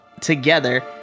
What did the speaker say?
together